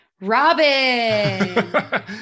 Robin